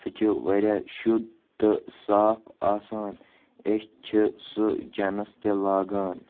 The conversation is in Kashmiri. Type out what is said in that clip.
سُہ چھِ واریاہ شُد تہٕ صاف آسان أسۍ چھِ سُہ چَنَس تہِ لاگان